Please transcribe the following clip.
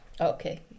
okay